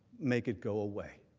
make it go away.